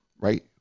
right